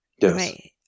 Yes